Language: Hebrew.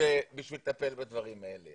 בשביל לטפל בדברים האלה,